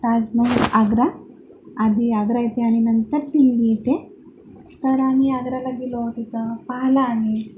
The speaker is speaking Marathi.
ताजमहल आग्रा आधी आग्रा इथे आणि नंतर दिल्ली इथे तर आम्ही आग्राला गेलो तिथं पाहिलं आम्ही